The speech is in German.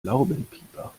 laubenpieper